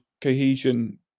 cohesion